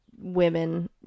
women